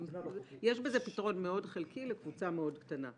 יש בזה פתרון מאוד חלקי לקבוצה מאוד קטנה.